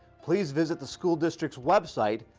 please visit the school district's website,